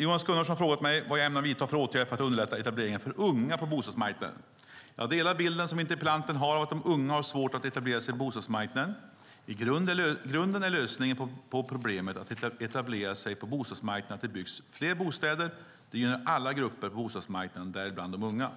Jonas Gunnarsson har frågat mig vad jag ämnar vidta för åtgärder för att underlätta etableringen för unga på bostadsmarknaden. Jag delar bilden som interpellanten har av att de unga har svårt att etablera sig på bostadsmarknaden. I grunden är lösningen på problemet att etablera sig på bostadsmarknaden att det byggs fler bostäder. Det gynnar alla grupper på bostadsmarknaden, däribland de unga.